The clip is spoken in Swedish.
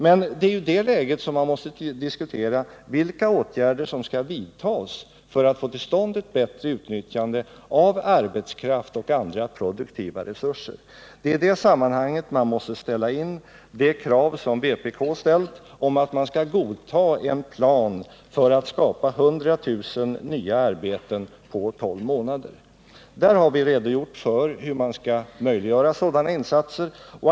Men det är i detta läge man måste diskutera vilka åtgärder som skall vidtas för att få till stånd ett bättre utnyttjande av arbetskraft och andra produktiva resurser. Det är i det sammanhanget man måste sätta in det krav som vpk ställt om att man skall godta en plan för att skapa 100 000 nya arbeten på 12 månader. Där har vi redogjort för hur man skall möjliggöra sådana insatser.